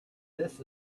this